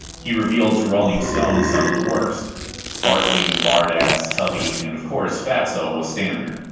he revealed to rolling stone some of the worst fartley, lard ass, tubby and, of course, fatso was standard.